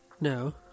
No